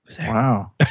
Wow